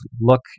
look